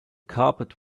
carpet